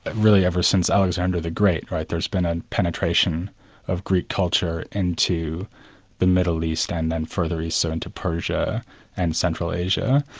really ever since alexander the great there's been a penetration of greek culture into the middle east and then further east so into persia and central asia,